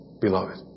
beloved